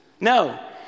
No